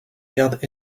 garde